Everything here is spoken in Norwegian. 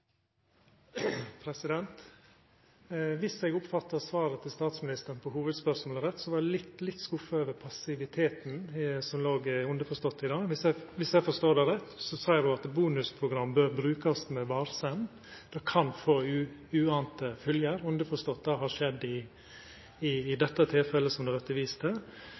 eg litt skuffa over passiviteten som låg underforstått i det. Viss eg forstår det rett, seier ho at bonusprogram bør brukast med varsemd, det kan få uante følgjer – underforstått har dette skjedd i tilfellet det vert vist til. Samstundes har me no erfart, ikkje minst i alle samtalene me har hatt med regjeringspartia når det